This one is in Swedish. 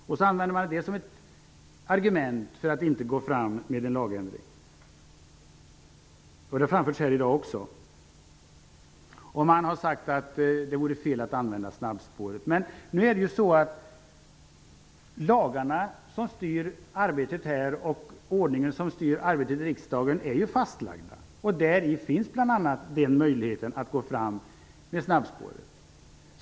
Det används som ett argument för att inte genomföra en lagändring. Man har sagt att det vore fel att använda snabbspåret. Men de lagar och den ordning som styr arbetet i riksdagen är fastlagda. Det finns bl.a. en möjlighet att använda snabbspåret.